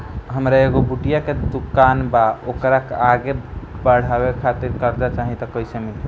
हमार एगो बुटीक के दुकानबा त ओकरा आगे बढ़वे खातिर कर्जा चाहि त कइसे मिली?